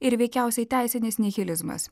ir veikiausiai teisinis nihilizmas